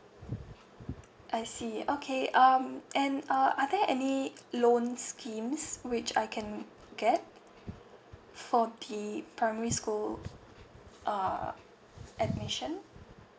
I see okay um and uh are there any loan schemes which I can get for the primary school uh admission